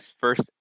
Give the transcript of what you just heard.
first